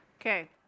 Okay